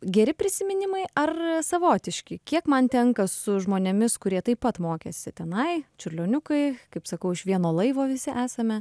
geri prisiminimai ar savotiški kiek man tenka su žmonėmis kurie taip pat mokėsi tenai čiurlioniukai kaip sakau iš vieno laivo visi esame